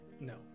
No